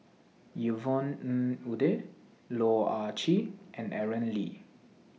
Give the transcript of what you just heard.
Yvonne Ng Uhde Loh Ah Chee and Aaron Lee